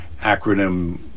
acronym